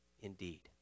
indeed